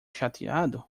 chateado